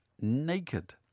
naked